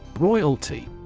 Royalty